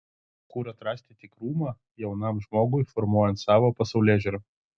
kur atrasti tikrumą jaunam žmogui formuojant savo pasaulėžiūrą